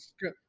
good